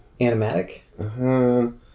animatic